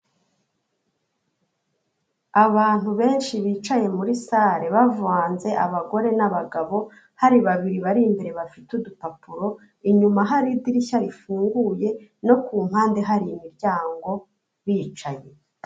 Abantu benshi bicaye muri sale bavanze abagore n'abagabo hari babiri bari imbere bafite udupapuro, inyuma hari idirishya rifunguye no ku mpande hari imiryango bicaye.